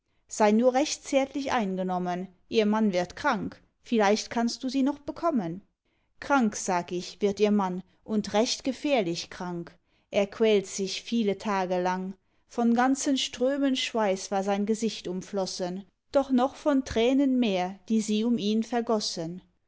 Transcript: sei nur recht zärtlich eingenommen ihr mann wird krank vielleicht kannst du sie noch bekommen krank sag ich wird ihr mann und recht gefährlich krank er quält sich viele tage lang von ganzen strömen schweiß war sein gesicht umflossen doch noch von tränen mehr die sie um ihn vergossen